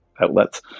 outlets